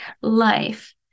life